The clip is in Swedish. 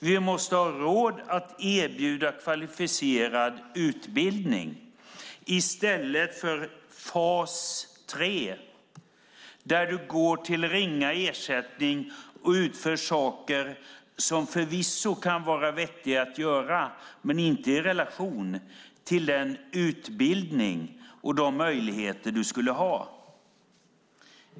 Vi måste ha råd att erbjuda kvalificerad utbildning i stället för fas 3 där man går till ringa ersättning och utför saker som förvisso kan vara vettiga att göra men inte i relation till den utbildning och de möjligheter man skulle ha.